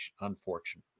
unfortunately